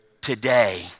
today